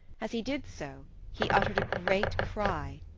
as he did so he uttered a great cry.